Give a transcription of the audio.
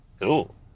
cool